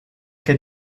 che